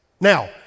Now